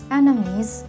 enemies